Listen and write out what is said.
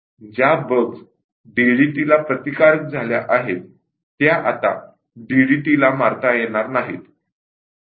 ज्या बग्स डीडीटीला प्रतिकारक झालेल्या आहेत त्या आता डीडीटीला ठार मारता येणार नाहीत